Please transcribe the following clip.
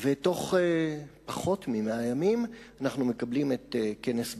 ובתוך פחות מ-100 ימים אנחנו מקבלים את כנס בר-אילן,